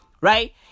right